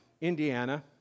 Indiana